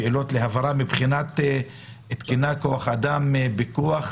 שאלות להבהרה: מה המצב מבחינת כוח האדם לפיקוח?